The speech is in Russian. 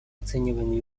оцениваем